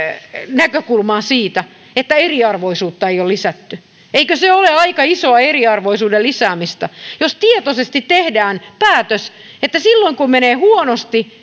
näkökulmaan siitä että eriarvoisuutta ei ole lisätty eikö se ole aika isoa eriarvoisuuden lisäämistä jos tietoisesti tehdään päätös että silloin kun menee huonosti